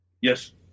Yes